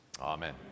Amen